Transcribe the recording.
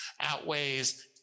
outweighs